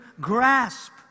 grasp